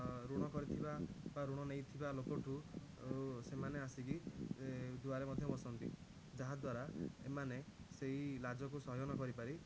ଋଣ କରିଥିବା ବା ଋଣ ନେଇଥିବା ଲୋକଠାରୁ ସେମାନେ ଆସିକି ଦୁଆରେ ମଧ୍ୟ ବସନ୍ତି ଯାହାଦ୍ୱାରା ଏମାନେ ସେହି ଲାଜକୁ ସହ୍ୟ ନ କରିପାରି